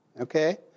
okay